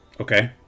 Okay